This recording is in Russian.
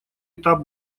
этап